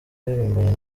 yaririmbanye